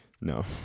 no